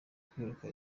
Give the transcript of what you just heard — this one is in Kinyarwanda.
kwiruka